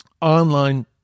online